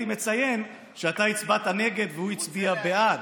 מציין שאתה הצבעת נגד והוא הצביע בעד,